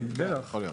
כן, בטח.